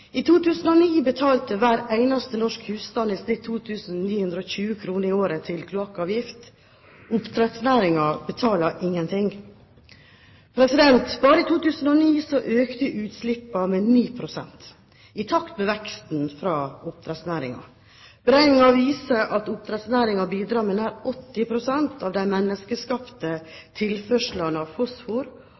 I 2009 betalte hver eneste norske husstand i snitt 2 920 kr i året i kloakkavgift. Oppdrettsnæringen betaler ingenting. Bare i 2009 økte utslippene med 9 pst., i takt med veksten i oppdrettsnæringen. Beregninger viser at oppdrettsnæringen bidrar med nær 80 pst. av de menneskeskapte tilførslene av